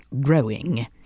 growing